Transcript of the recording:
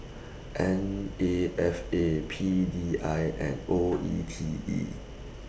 N A F A P D I and O E T E